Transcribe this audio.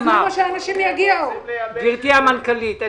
גברתי המנכ"לית,